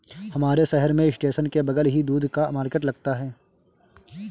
हमारे शहर में स्टेशन के बगल ही दूध का मार्केट लगता है